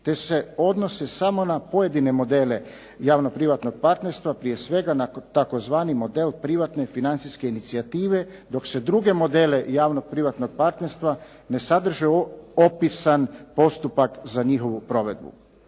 te se odnose samo na pojedine modele javno-privatnog partnerstva prije svega na tzv. model privatne financijske inicijative, dok se druge modele javnog privatnog partnerstva ne sadrže opisan postupak za njihovu provedbu.